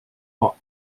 for